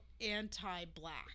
anti-black